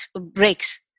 breaks